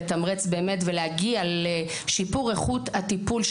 לתמרץ ולהגיע לשיפור איכות הטיפול בפעוט,